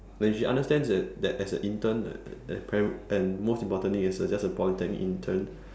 then she understands that that as an intern the prim~ and most importantly as a just a polytechnic intern